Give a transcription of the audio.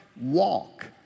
walk